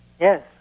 Yes